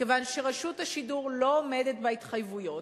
כיוון שרשות השידור לא עומדת בהתחייבויות,